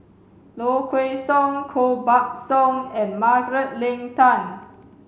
Low Kway Song Koh Buck Song and Margaret Leng Tan